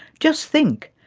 just think,